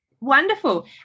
Wonderful